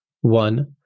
One